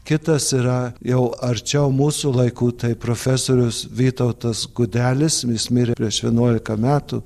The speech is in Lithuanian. kitas yra jau arčiau mūsų laikų tai profesorius vytautas gudelis jis mirė prieš vienuolika metų